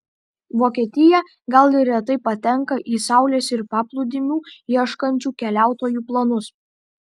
vokietija gal ir retai patenka į saulės ir paplūdimių ieškančių keliautojų planus